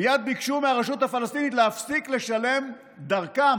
מייד ביקשו מהרשות הפלסטינית להפסיק לשלם דרכם,